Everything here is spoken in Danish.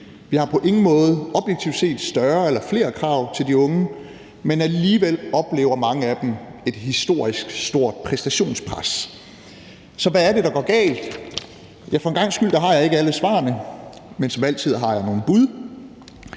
Vi har på ingen måde objektivt set større eller flere krav til de unge, men alligevel oplever mange af dem et historisk stort præstationspres. Så hvad er det, der går galt? Ja, for en gangs skyld har jeg ikke alle svarene, men som altid har jeg nogle bud.